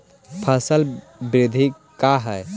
फसल वृद्धि का है?